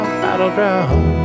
battleground